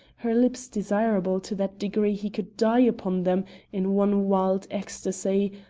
her lips desirable to that degree he could die upon them in one wild ecstasy,